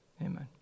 Amen